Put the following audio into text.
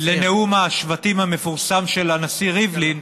לנאום השבטים המפורסם של הנשיא ריבלין,